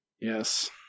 yes